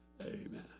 Amen